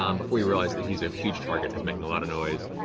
um before you realize that he's a huge target, he's making a lot of noise.